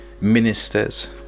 ministers